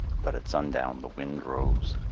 but at sundown the wind rose.